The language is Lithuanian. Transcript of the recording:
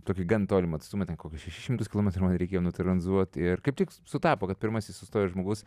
tokį gan tolimą atstumą ten kokius šimtas kilometrų reikėjo nutranzuot ir kaip tik sutapo kad pirmasis sustojęs žmogus